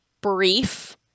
brief